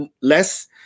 less